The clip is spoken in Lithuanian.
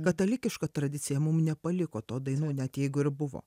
katalikiška tradicija mum nepaliko to dainų net jeigu ir buvo